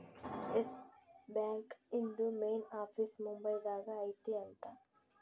S Bank ಇಂದು main office Mumbai ದಾಗ ಐತಿ ಅಂತ